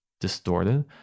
distorted